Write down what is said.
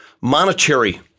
monetary